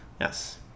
Yes